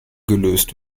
gelöst